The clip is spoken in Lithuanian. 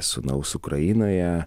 sūnaus ukrainoje